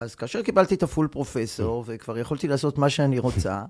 אז כאשר קיבלתי את הפול פרופסור, וכבר יכולתי לעשות מה שאני רוצה...